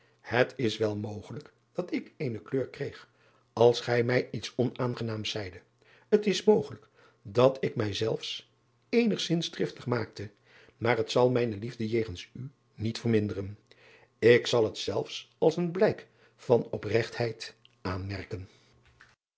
et is wel mogelijk dat ik eene kleur kreeg als gij mij iets onaangenaams zeide t is mogelijk dat ik mij zelfs eenigzins driftig maakte maar het zal mijne liefde jegens u niet verminderen k zal het zelfs als een blijk van opregtheid aanmerken